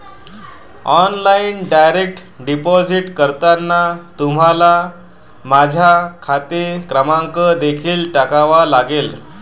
online direct deposit करताना तुम्हाला माझा खाते क्रमांक देखील टाकावा लागेल